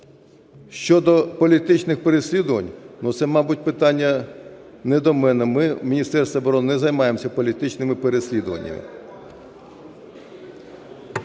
Щодо політичних переслідувань, це, мабуть, питання не до мене. Ми, Міністерство оборони, не займаємося політичними переслідуваннями.